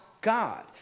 God